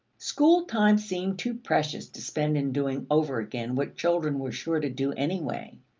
school time seemed too precious to spend in doing over again what children were sure to do any way.